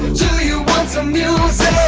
do you want some music?